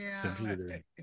computer